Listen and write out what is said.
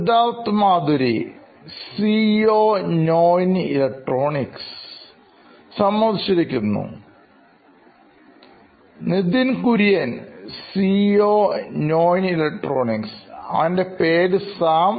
Siddharth Madhuri CEO നോയിൻ electronics സമ്മതിച്ചിരിക്കുന്നു Nitin Kurian COO നോയിൻ ഇലക്ട്രോണിക്സ് അവൻറെ പേര് സാം